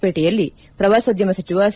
ಪೇಟೆಯಲ್ಲಿ ಪ್ರವಾಸೋದ್ಯಮ ಸಚಿವ ಸಿ